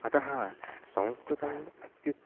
अतः संस्कृतम् अत्युत्तमा